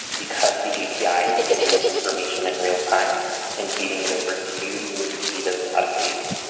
because the api is getting this information in real-time and feeding it over to you, you would see those updates.